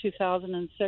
2006